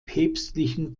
päpstlichen